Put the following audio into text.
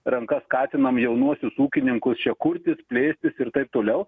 ranka skatinam jaunuosius ūkininkus čia kurtis plėstis ir taip toliau